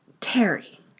Terry